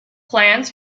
plans